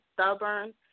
stubborn